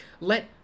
Let